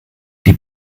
die